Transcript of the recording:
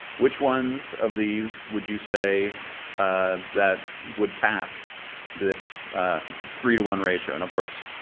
which ones of these would you say that would pass this three to one ratio? and of course,